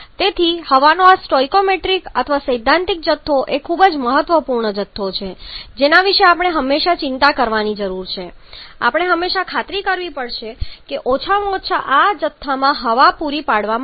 તેથી હવાનો આ સ્ટોઇકિયોમેટ્રિક અથવા સૈદ્ધાંતિક જથ્થો એ ખૂબ જ મહત્વપૂર્ણ જથ્થો છે જેના વિશે આપણે હંમેશા ચિંતા કરવાની જરૂર છે આપણે હંમેશા ખાતરી કરવી પડશે કે ઓછામાં ઓછા આ જથ્થામાં હવા પૂરી પાડવામાં આવે